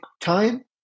time